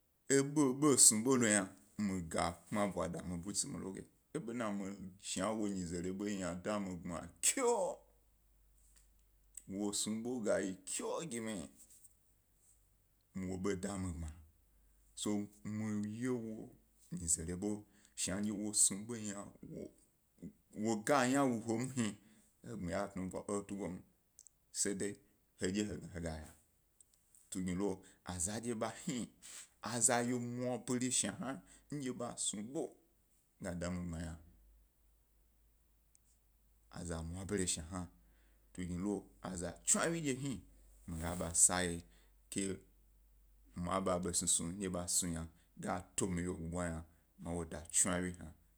Eḃo ḃo snu ḃo lo yna mi ga gbma aḃwada mi butsi mi lo bye, bena shandye wo mize reḃo yi yna da mi gbma kyop, wo snu ḃo ga yi kyooo, gi mi, muhni w obo da mi gbma tso mi ye wo nyize ḃo, shni wasnu egnaya e he tugo lo se da heegnaya e he tugo lo se de he egnaya e he tugo lo be da hedye hegna hegaya, zandye ḃa hni. aza yo mwabare shnihna ndye ḃa snu ḃo ga da mi gbma yna, aza mwabare shni hna tungni lo aza tsawyi ndye hni migaba ba ye, ke ḃa bosnusnu ndye snu yna da ga ta mi wyego bwa yna da tsawyi.